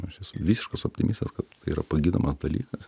aš esu visiškas optimistas kad tai yra pagydoma dalykas